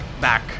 back